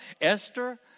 Esther